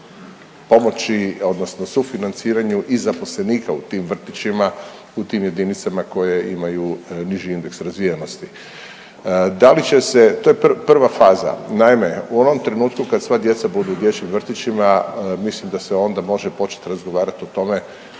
pomoći odnosno sufinanciranju i zaposlenika u tim vrtićima u tim jedinicama koje imaju niži indeks razvijenosti. Da li će se, to je prva faza. Naime, u onom trenutku kad sva djeca budu u dječjim vrtićima, mislim da se onda može početi razgovarati o tome